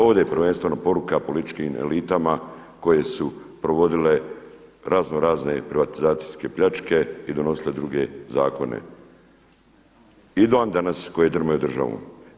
Ovdje je prvenstveno poruka političkim elitama koje su provodile razno razne privatizacijske pljačke i donosile druge zakone i dan danas koje drmaju državom.